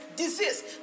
disease